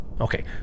okay